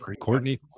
Courtney